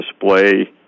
display